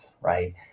Right